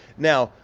now,